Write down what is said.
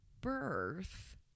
birth